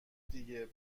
دیگه